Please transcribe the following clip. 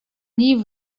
niej